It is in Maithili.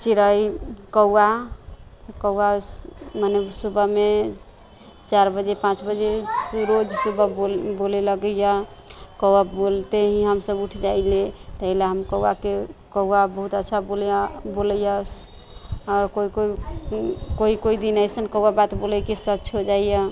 चिड़ै कौआ कौआ मने सुबहमे चारि बजे पाँच बजेसँ रोज सुबह बोल बोलै लगैए कौआ बोलते ही हमसब उठि जाइए ताहिलए हम कौआके कौआ बहुत अच्छा बोलैए बोलैए आओर कोइ कोइ कोइ कोइ दिन अइसन कौआ बात बोलैए कि सच हो जाइए